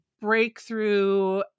breakthrough